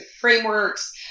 frameworks